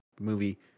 movie